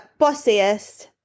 bossiest